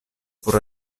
por